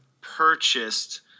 purchased